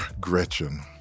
Gretchen